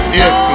yes